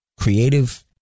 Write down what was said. creative